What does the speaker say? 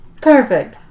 Perfect